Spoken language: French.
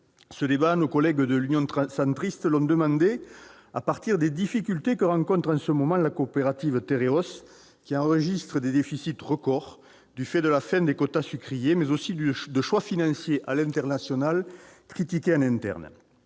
envisagées. Nos collègues de l'Union Centriste ont demandé l'organisation de ce débat à partir des difficultés que rencontre en ce moment la coopérative Tereos, qui enregistre des déficits records du fait de la fin des quotas sucriers, mais aussi de choix financiers à l'international critiqués en interne.